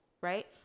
right